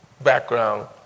background